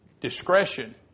Discretion